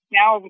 now